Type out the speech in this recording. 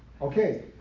Okay